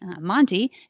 Monty